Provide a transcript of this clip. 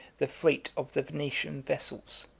the freight of the venetian vessels.